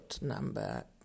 number